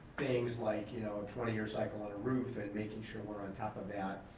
things, like you know, a twenty year cycle on a roof and making sure we're on top of that.